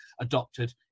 adopted